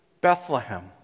Bethlehem